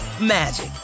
magic